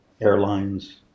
airlines